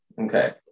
Okay